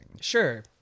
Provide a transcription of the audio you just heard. Sure